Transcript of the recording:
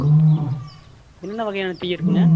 என்னென்ன வகையான டீ இருக்குங்க